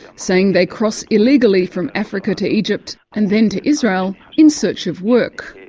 saying they cross illegally from africa to egypt and then to israel in search of work.